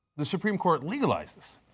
the supreme court legalized this,